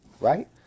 right